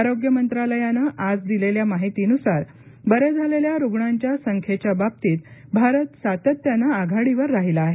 आरोग्य मंत्रालयानं आज दिलेल्या माहितीनुसार बरे झालेल्या रुग्णांच्या संख्येच्या बाबतीत भारत सातत्यानं आघाडीवर राहिला आहे